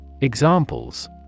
Examples